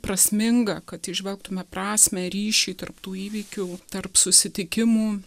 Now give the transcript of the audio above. prasminga kad įžvelgtume prasmę ryšį tarp tų įvykių tarp susitikimų